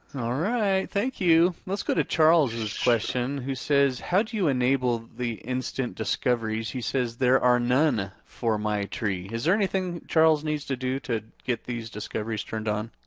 thank you. let's go to charles' question who says, how do you enable the instant discoveries? he says, there are none for my tree. is there anything charles needs to do to get these discoveries turned on?